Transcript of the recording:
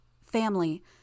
family